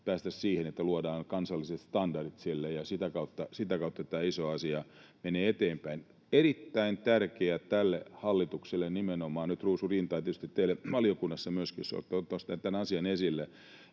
päästä siihen, että luodaan kansalliset standardit sille, ja sitä kautta tämä iso asia menee eteenpäin. Erittäin tärkeänä nimenomaan tälle hallitukselle — nyt ruusu rintaan — tietysti myöskin teille valiokunnassa, jossa olette ottaneet tämän asian esille,